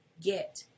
get